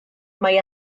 mae